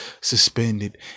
suspended